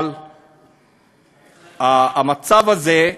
אבל המצב הזה,